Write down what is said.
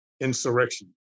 insurrection